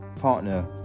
partner